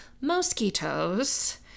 mosquitoes